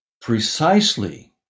precisely